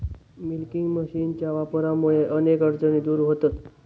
milking मशीनच्या वापरामुळा अनेक अडचणी दूर व्हतहत